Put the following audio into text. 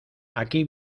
aquí